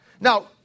Now